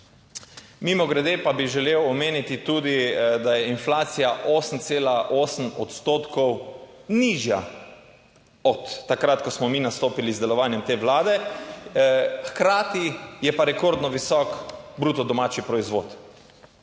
Mimogrede pa bi želel omeniti tudi, da je inflacija 8,8 odstotkov nižja od takrat, ko smo mi nastopili z delovanjem te vlade. Hkrati je pa rekordno visok bruto domači proizvod.